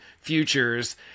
futures